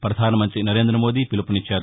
ప్రపధానమంతి నరేంద్ర మోదీ పిలుపునిచ్చారు